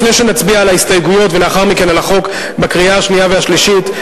לפני שנצביע על ההסתייגויות ולאחר מכן על החוק בקריאה שנייה ושלישית,